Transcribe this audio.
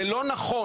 זה לא נכון,